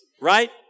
right